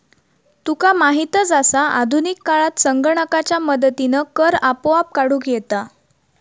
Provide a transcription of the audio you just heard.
तुका माहीतच आसा, आधुनिक काळात संगणकाच्या मदतीनं कर आपोआप काढूक येता